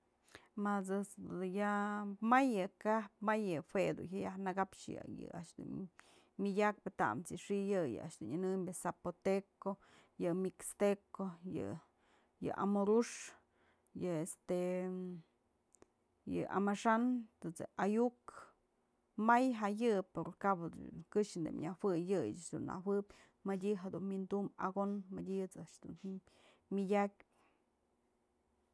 Madëjt's dun yajën may je'e kaptë may je'e jue dun yaj nëkapxyë yë a'ax dun myëdyakpë tamës xi'i yë, yë a'ax dun nyënëmbyë zapoteco, yë mixteco, yë, yë amuru'ux, yë este, yë amaxa'an, tët's je'e ayu'uk, may ja'a yë pero kapës këxë tëm nyëjuëy, yë yëch dun nëjuëb madyë jedun wi'indum ako'on, mëdyët's a'ax dun ji'im myëdyakpë.